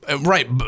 Right